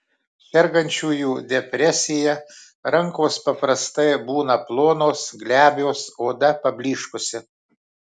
sergančiųjų depresija rankos paprastai būna plonos glebios oda pablyškusi